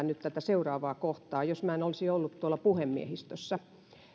nyt tätä seuraavaa kohtaa puhuisi niin voimakkaasti jos en olisi ollut tuolla puhemiehistössä